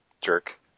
Jerk